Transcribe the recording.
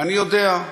ואני יודע,